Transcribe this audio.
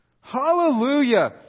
Hallelujah